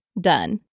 Done